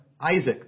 Isaac